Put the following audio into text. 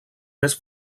més